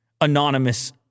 Anonymous